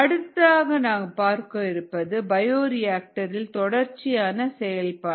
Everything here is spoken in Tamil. அடுத்து நாம் பார்க்க இருப்பது பயோரியாக்டர் இல் தொடர்ச்சியான செயல்பாடு